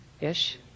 ish